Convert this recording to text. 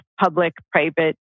public-private